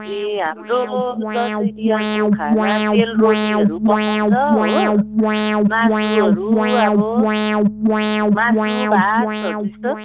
ए हाम्रो दसैँ तिहारको खाना सेलरोटीहरू पकाउँछ हो मासुहरू अब मासु भात हो त्यस्तो